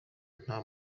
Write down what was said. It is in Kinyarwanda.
nta